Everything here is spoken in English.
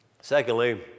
Secondly